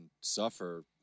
suffer